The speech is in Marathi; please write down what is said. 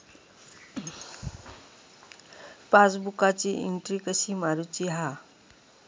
पासबुकाची एन्ट्री कशी मारुची हा?